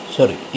Sorry